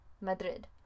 Madrid